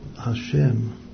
Hashem